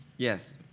Yes